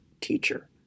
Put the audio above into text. teacher